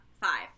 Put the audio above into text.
five